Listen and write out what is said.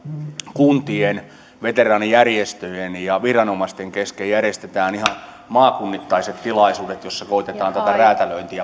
kuntien veteraanijärjestöjen ja viranomaisten kesken järjestetään ihan maakunnittaiset tilaisuudet joissa koetetaan tätä räätälöintiä